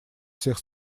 всех